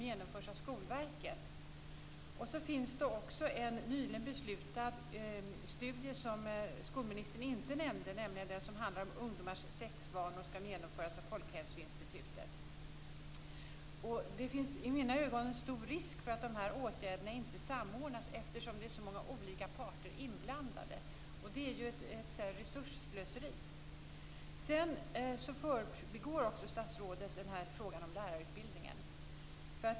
Det finns dessuotm en nyligen beslutad studie, som skolministern inte nämnde, om ungdomars sexvanor, och den skall genomföras av Folkhälsoinstitutet. I mina ögon finns det en stor risk för att dessa åtgärder inte samordnas, eftersom det är så många olika parter inblandade, och det är ju ett resursslöseri. Statsrådet förbigår också frågan om lärarutbildningen.